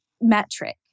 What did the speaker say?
metric